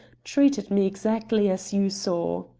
treated me exactly as you saw.